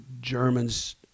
Germans